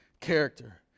character